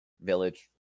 village